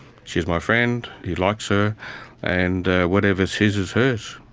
she's my friend, he likes her and whatever is his is hers.